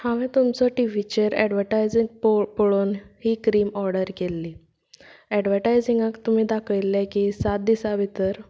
हांवें तुमचो टिवीचेर ऍडवटायज पोळ पळोवन ही क्रिम ओर्डर केल्ली ऍडवटायजिंगाक तुमी दाखयल्ले की सात दिसां भितर